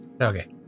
Okay